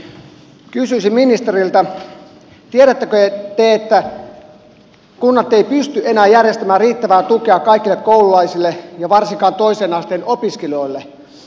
tiedättekö te että kunnat eivät pysty enää järjestämään riittävää tukea kaikille koululaisille eivätkä varsinkaan toisen asteen opiskelijoille